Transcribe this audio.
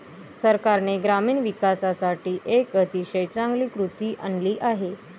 सरकारने ग्रामीण विकासासाठी एक अतिशय चांगली कृती आणली आहे